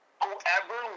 Whoever